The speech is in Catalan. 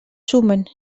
sumen